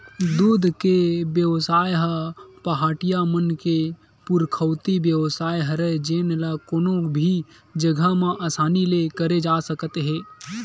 दूद के बेवसाय ह पहाटिया मन के पुरखौती बेवसाय हरय जेन ल कोनो भी जघा म असानी ले करे जा सकत हे